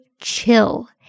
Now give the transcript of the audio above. chill